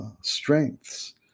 strengths